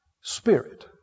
spirit